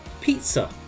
pizza